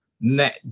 net